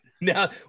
Now